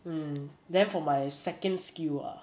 mm then for my second skill ah